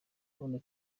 none